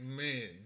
man